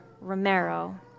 Romero